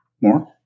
More